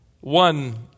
One